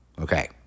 Okay